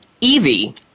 Evie